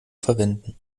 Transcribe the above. verwenden